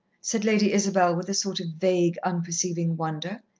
said lady isabel, with a sort of vague, unperceiving wonder.